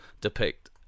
depict